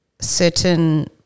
certain